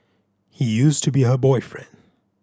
he used to be her boyfriend